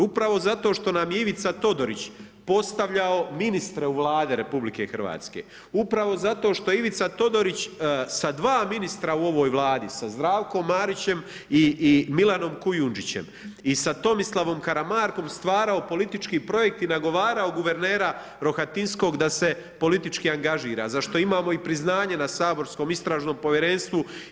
Upravo zato što nam je Ivica Todorić postavljao ministre u Vladi RH, upravo zato što Ivica Todorić sa dva ministra u ovoj Vladi, sa Zdravkom Marićem i Milanom Kujundžićem i sa Tomislavom Karamarkom stvarao politički projekt i nagovarao guvernera Rohatinskog da se politički angažira za što imamo i priznanje na saborskom istražnom povjerenstvu.